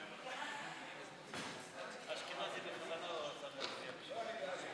תשלום רטרואקטיבי של גמלת הבטחת הכנסה למקבלי קצבת אזרח ותיק),